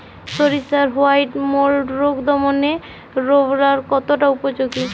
সরিষার white mould রোগ দমনে রোভরাল কতটা উপযোগী?